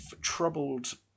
troubled